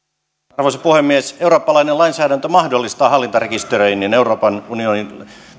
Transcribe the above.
arvoisa puhemies eurooppalainen lainsäädäntö mahdollistaa hallintarekisteröinnin useimmissa euroopan unionin